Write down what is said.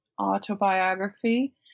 autobiography